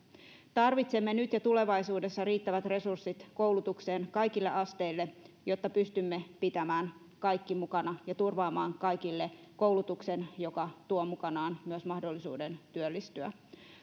tarvitsemme nyt ja tulevaisuudessa riittävät resurssit koulutukseen kaikille asteille jotta pystymme pitämään kaikki mukana ja turvaamaan kaikille koulutuksen joka tuo mukanaan myös mahdollisuuden työllistyä